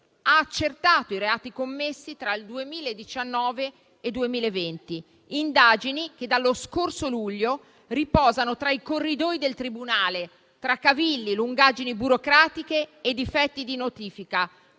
ha accertato i reati commessi tra il 2019 e 2020: indagini che dallo scorso luglio riposano tra i corridoi del tribunale tra cavilli, lungaggini burocratiche e difetti di notifica;